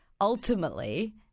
Ultimately